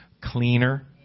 cleaner